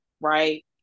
right